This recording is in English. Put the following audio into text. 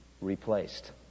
replaced